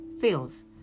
feels